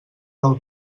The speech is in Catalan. del